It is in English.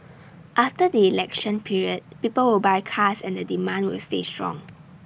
after the election period people will buy cars and the demand will stay strong